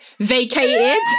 vacated